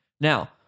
Now